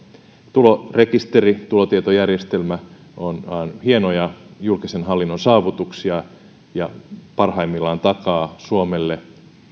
tulorekisteri tulotietojärjestelmä on hienoja julkisen hallinnon saavutuksia ja parhaimmillaan takaa suomelle